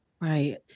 Right